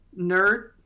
nerd